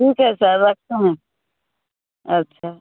ठीक है सर रखते हैं अच्छा